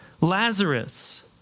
Lazarus